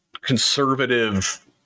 conservative